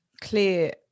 clear